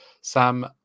Sam